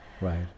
right